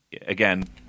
Again